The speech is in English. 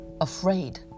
afraid